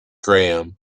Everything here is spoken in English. graham